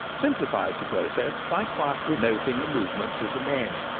simplifies the process by quietly noting the movements of the men.